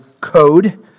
code